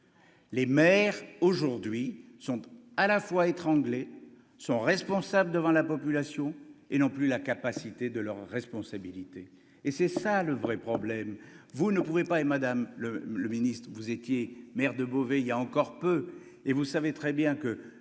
les maires aujourd'hui sont à la fois étranglé sont responsables devant la population et non plus la capacité de leurs responsabilités et c'est ça le vrai problème, vous ne pouvez pas et Madame le Ministre, vous étiez maire de Beauvais il y a encore peu, et vous savez très bien que